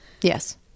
Yes